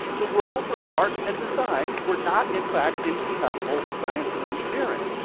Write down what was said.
the worlds of art and design were not, in fact, incompatible with science and engineering.